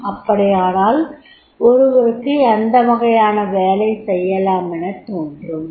அப்படியானால் ஒருவருக்கு எந்த வகையான வேலை செய்யலாமெனத் தோன்றும்